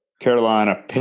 Carolina